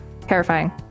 Terrifying